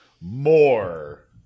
more